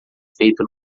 feito